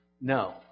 No